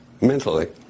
mentally